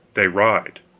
they ride.